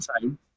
time